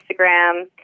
Instagram